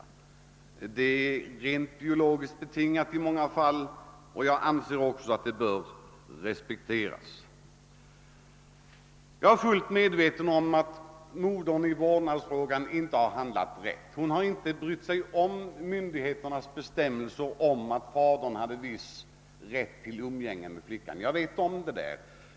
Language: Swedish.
I många fall är den rent biologiskt betingad, och enligt min mening bör den också respekteras. Jag är fullt medveten om att modern inte handlat rätt i vårdnadsfrågan. Hon har inte brytt sig om myndigheternas bestämmelser att fadern har en viss rätt till umgänge med flickan — jag känner till allt detta.